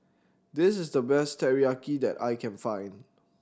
this is the best Teriyaki that I can find